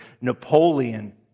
Napoleon